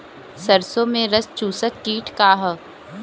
सरसो में रस चुसक किट का ह?